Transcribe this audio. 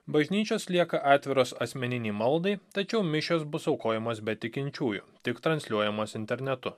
bažnyčios lieka atviros asmeninei maldai tačiau mišios bus aukojamos be tikinčiųjų tik transliuojamos internetu